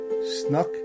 snuck